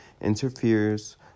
interferes